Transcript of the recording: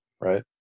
Right